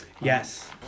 Yes